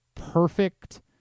perfect